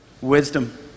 Wisdom